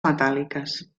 metàl·liques